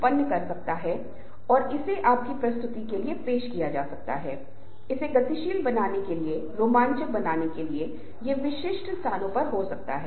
एक समूह के नेता तो अन्य अधीनस्थ शायद कुछ अन्य लोग कुछ प्रकार के कार्य करने के लिए जिम्मेदार होंगे